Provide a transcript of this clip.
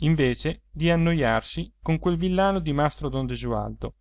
invece di annoiarsi con quel villano di mastro don gesualdo che